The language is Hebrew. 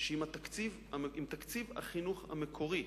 שעם תקציב החינוך המקורי,